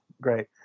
Great